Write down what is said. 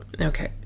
Okay